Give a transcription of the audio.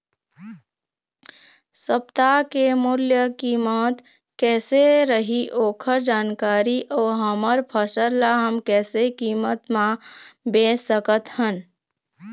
सप्ता के मूल्य कीमत कैसे रही ओकर जानकारी अऊ हमर फसल ला हम कैसे कीमत मा बेच सकत हन?